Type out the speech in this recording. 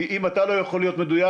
כי אם אתה לא יכול להיות מדויק,